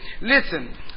Listen